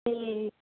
ਅਤੇ